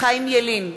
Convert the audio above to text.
חיים ילין,